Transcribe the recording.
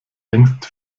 längst